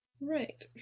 Right